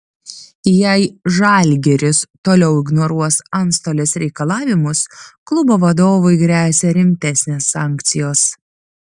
jei žalgiris toliau ignoruos antstolės reikalavimus klubo vadovui gresia rimtesnės sankcijos